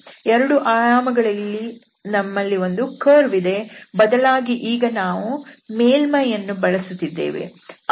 ಎರಡು ಆಯಾಮಗಳಲ್ಲಿ ನಮ್ಮಲ್ಲಿ ಒಂದು ಕರ್ವ್ ಇದೆ ಬದಲಾಗಿ ಈಗ ನಾವು ಮೇಲ್ಮೈ ಯನ್ನು ಬಳಸುತ್ತಿದ್ದೇವೆ